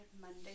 monday